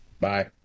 Bye